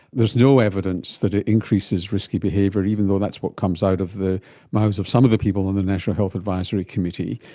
there is no evidence that it increases risky behaviour, even though that's what comes out of the mouths of some of the people on the national health advisory committee.